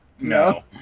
No